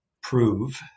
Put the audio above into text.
prove